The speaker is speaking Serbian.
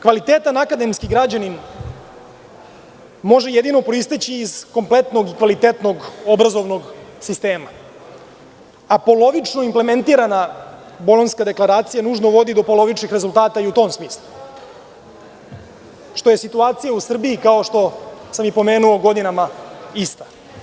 Kvalitetan akademski građanin može jedino proisteći iz kompletnog i kvalitetnog obrazovnog sistema, a polovično implementirana Bolonjska deklaracija nužno vodi do polovičnih rezultata i u tom smislu, što je situacija u Srbiji, kao što sam i pomenuo, godinama ista.